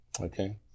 Okay